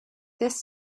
this